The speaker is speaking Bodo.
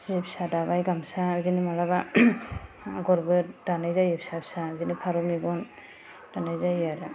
जि फिसा दाबाय गामसा बिदिनो मालाबा आग'रबो दानाय जायो फिसा फिसा बिदिनो फारौ मेगन दानाय जायो आरो